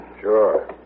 Sure